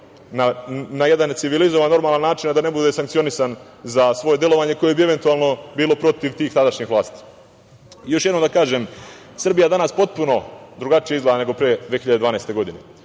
na jedan civilizovan, normalan način, a da ne bude sankcionisan za svoje delovanje koje bi eventualno bilo protiv tih tadašnjih vlasti. Još jednom da kažem, Srbija danas potpuno drugačije izgleda nego pre 2012. godine.